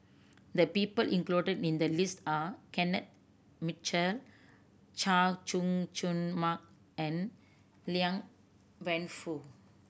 the people included in the list are Kenneth Mitchell Chay Jung Jun Mark and Liang Wenfu